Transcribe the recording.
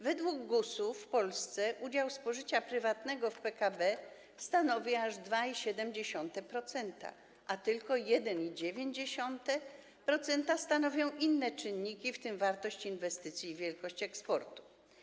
Według GUS-u w Polsce udział spożycia prywatnego w PKB stanowi aż 2,7%, a tylko 1,9% stanowią inne czynniki, w tym wartość inwestycji i wielkość eksportu.